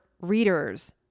readers